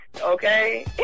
Okay